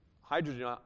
hydrogen